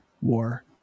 war